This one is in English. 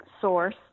source